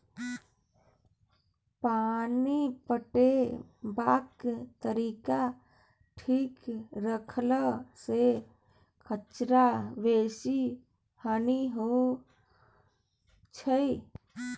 पानि पटेबाक तरीका ठीक रखला सँ खरचा बेसी नहि होई छै